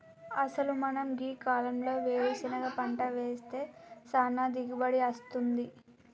అసలు మనం గీ కాలంలో వేరుసెనగ పంట వేస్తే సానా దిగుబడి అస్తుంది